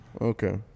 Okay